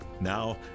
Now